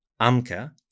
Amka